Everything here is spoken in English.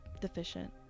deficient